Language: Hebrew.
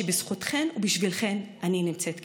שבזכותכן ובשבילכן אני נמצאת כאן,